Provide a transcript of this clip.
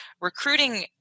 recruiting